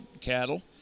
cattle